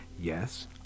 yes